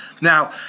Now